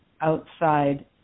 outside